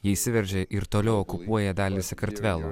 jie įsiveržė ir toliau okupuoja dalį sakartvelo